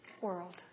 world